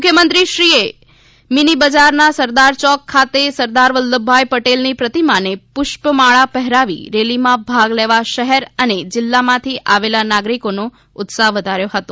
મુખ્યમંત્રીશ્રીએ મિનિબજારના સરદાર ચોક ખાતે સરદાર વલ્લભભાઈ પટેલની પ્રતિમાને પુષ્પમાળા પહેરાવી રેલીમાં ભાગ લેવા શહેર અને જિલ્લામાંથી આવેલા નાગરિકોનો ઉત્સાહ વધાર્યો હતો